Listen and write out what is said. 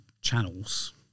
channels